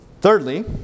Thirdly